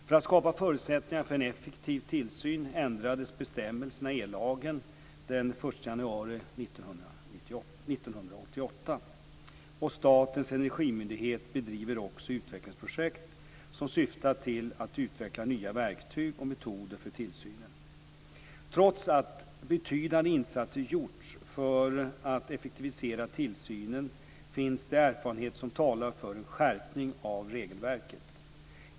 För att skapa förutsättningar för en effektivare tillsyn ändrades bestämmelserna i ellagen den 1 januari 1998. Statens energimyndighet bedriver också utvecklingsprojekt som syftar till att utveckla nya verktyg och metoder för tillsynen. Trots att betydande insatser gjorts för att effektivisera tillsynen finns det erfarenheter som talar för en skärpning av regelverket.